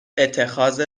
اتخاذ